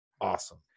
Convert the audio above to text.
awesome